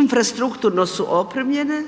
infrastrukturno su opremljene,